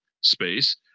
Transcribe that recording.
space